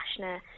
Ashna